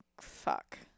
fuck